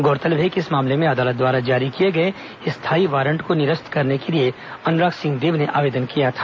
गौरतलब है कि इस मामले में अदालत द्वारा जारी किए गए स्थाई वारंट को निरस्त करने के लिए अनुराग सिंहदेव ने आवेदन किया था